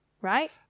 right